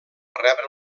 rebre